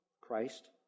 Christ